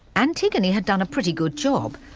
antigone had done a pretty good job.